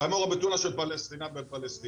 הוא היה מעורב בתאונה של פלסטינאים בין פלסטינאים,